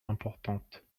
importantes